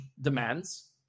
demands